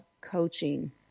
coaching